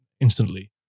instantly